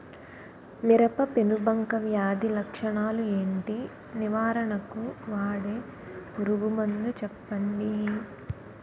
మిరప పెనుబంక వ్యాధి లక్షణాలు ఏంటి? నివారణకు వాడే పురుగు మందు చెప్పండీ?